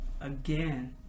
again